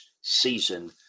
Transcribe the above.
season